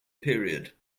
period